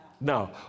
No